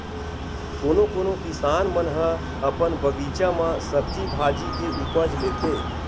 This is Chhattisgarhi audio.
कोनो कोनो किसान मन ह अपन बगीचा म सब्जी भाजी के उपज लेथे